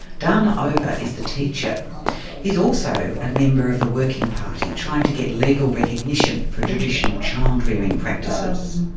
dana ober is the teacher he's also a member of the working party trying to get legal recognition for traditional child rearing practices.